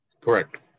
Correct